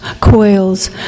coils